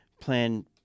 plan